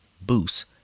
Boost